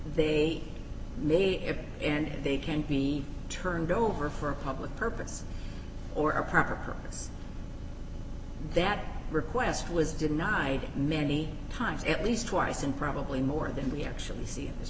they may have and they can be turned over for a public purpose or a purpose that request was denied many times at least twice and probably more than we actually see in this